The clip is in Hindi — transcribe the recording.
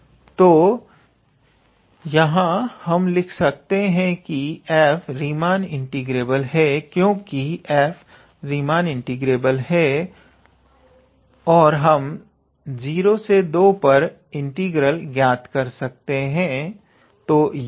तो यहाँ हम लिख सकते हैं कि f रीमान इंटीग्रेबल है और क्योंकि f रीमान इंटीग्रेबल है और हम 02 पर इंटीग्रल ज्ञात कर सकते हैं